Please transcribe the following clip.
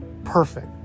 Perfect